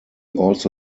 also